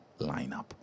lineup